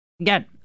again